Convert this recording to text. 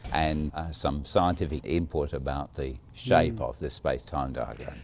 and some scientific input about the shape of the space time diagram.